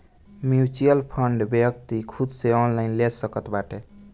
mutual fund व्यक्ति खुद से ऑनलाइन ले सकत बाटे